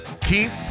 keep